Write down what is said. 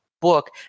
book